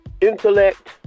intellect